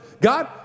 God